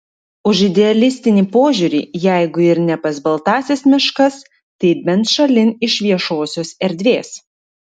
už idealistinį požiūrį jeigu ir ne pas baltąsias meškas tai bent šalin iš viešosios erdvės